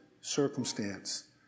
circumstance